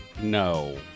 No